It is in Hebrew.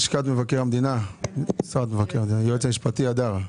היועץ המשפטי ממשרד מבקר המדינה, יואל הדר.